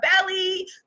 belly